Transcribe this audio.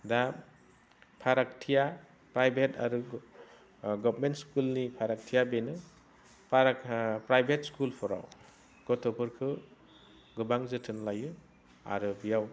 दा फारागथिया प्राइभेट आरो गभार्नमेन्ट स्कुलनि फरागथिया बेनो फरागा प्राइभेट स्कुलफोराव गथ'फोरखौ गोबां जोथोन लायो आरो बेयाव